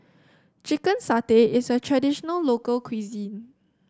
Chicken Satay is a traditional local cuisine